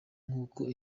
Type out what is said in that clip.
nk’uko